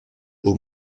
aux